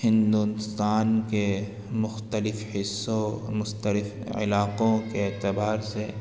ہندوستان کے مختلف حصوں مختلف علاقوں کے اعتبار سے